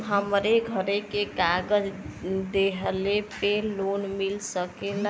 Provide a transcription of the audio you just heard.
हमरे घरे के कागज दहिले पे लोन मिल सकेला?